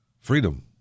freedom